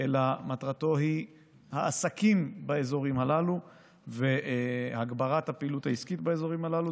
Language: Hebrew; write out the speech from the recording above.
אלא מטרתו היא העסקים באזורים הללו והגברת הפעילות העסקית באזורים הללו.